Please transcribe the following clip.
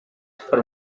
for